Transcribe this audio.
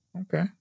Okay